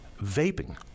vaping